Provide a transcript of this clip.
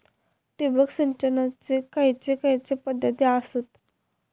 ठिबक सिंचनाचे खैयचे खैयचे पध्दती आसत?